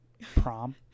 prom